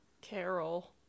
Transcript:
carol